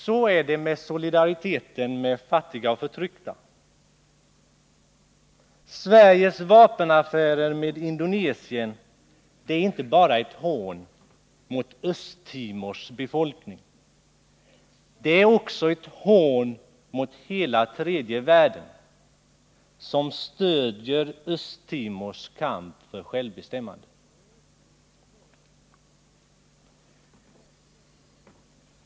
Så är det med solidariteten med fattiga och förtryckta. Sveriges vapenaffärer med Indonesien är inte bara ett hån mot Östtimors befolkning, de är ett hån mot hela tredje världen som stöder Östtimors kamp för självbestämmande.